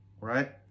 right